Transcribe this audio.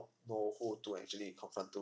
know who to actually confront to